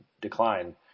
decline